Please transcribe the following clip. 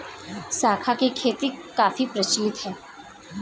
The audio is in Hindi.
शंख की खेती काफी प्रचलित है